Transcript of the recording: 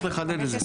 צריך לחדד את זה.